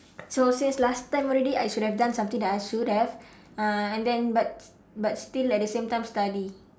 so since last time already I should have done something that I should have uh and then but but still at the same time study